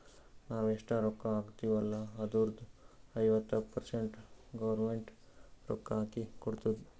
ನಾವ್ ಎಷ್ಟ ರೊಕ್ಕಾ ಹಾಕ್ತಿವ್ ಅಲ್ಲ ಅದುರ್ದು ಐವತ್ತ ಪರ್ಸೆಂಟ್ ಗೌರ್ಮೆಂಟ್ ರೊಕ್ಕಾ ಹಾಕಿ ಕೊಡ್ತುದ್